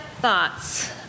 thoughts